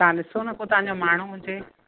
तव्हां ॾिसो न को तव्हां माण्हू हुजे